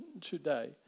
today